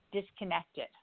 disconnected